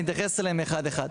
אני אתייחס אליהם אחד אחד.